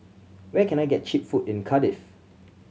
where can I get cheap food in Cardiff